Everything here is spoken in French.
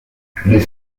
les